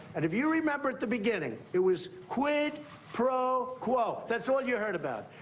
and if you remember at the beginning, it was quid pro quo. that's all you heard about.